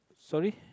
sorry